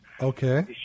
Okay